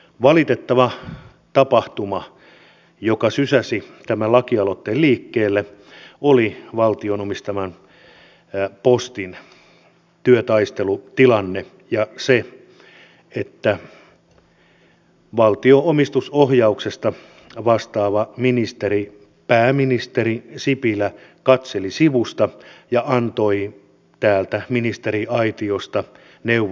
valitettava tapahtuma joka sysäsi tämän lakialoitteen liikkeelle oli valtion omistaman postin työtaistelutilanne ja se että valtion omistusohjauksesta vastaava ministeri pääministeri sipilä katseli sivusta ja antoi täältä ministeriaitiosta neuvon